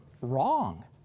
wrong